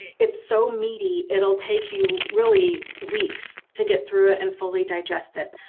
it's so meaty, it'll take you really weeks to get through it and fully digest it